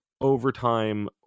overtime